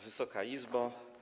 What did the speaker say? Wysoka Izbo!